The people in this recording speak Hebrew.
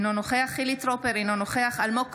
אינו נוכח חילי טרופר, אינו נוכח אלמוג כהן,